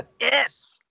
Yes